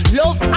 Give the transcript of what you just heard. love